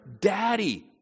Daddy